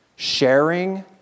Sharing